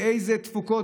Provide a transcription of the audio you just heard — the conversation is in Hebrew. באיזה תפוקות,